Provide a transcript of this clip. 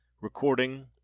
recording